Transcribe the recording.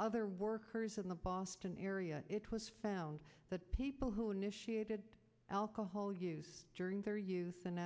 other workers in the boston area it was found that people who negotiated alcohol use during their youth in